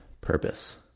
purpose